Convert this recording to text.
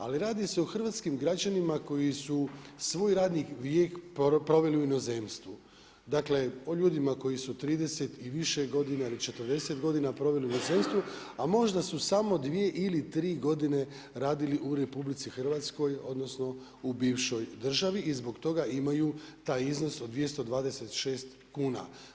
Ali radi se o hrvatskim građanima koji su svoj radni vijek proveli u inozemstvu, dakle o ljudima koji su 30 i više godina ili 40 godina proveli u inozemstvu, a možda su samo dvije ili tri godine radili u RH odnosno u bivšoj državi i zbog toga imaju taj iznos od 226 kuna.